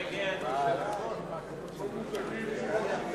נא להצביע.